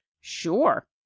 Sure